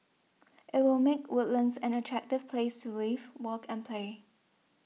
it will make Woodlands an attractive place to live work and play